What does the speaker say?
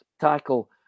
tackle